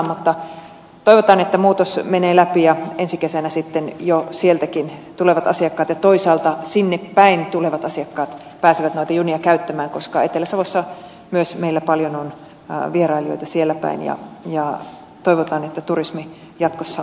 mutta toivotaan että muutos menee läpi ja ensi kesänä sitten jo sieltäkin tulevat asiakkaat ja toisaalta sinnepäin menevät asiakkaat pääsevät noita junia käyttämään koska myös meillä etelä savossa on paljon vierailijoita sieltäpäin ja toivotaan että turismi jatkossa lisääntyy